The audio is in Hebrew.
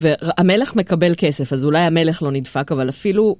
והמלך מקבל כסף, אז אולי המלך לא נדפק, אבל אפילו...